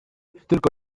tylko